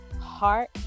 heart